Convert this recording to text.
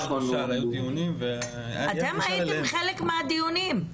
אתם הייתם חלק מהדיונים.